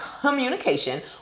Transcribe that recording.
communication